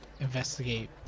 investigate